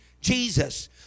Jesus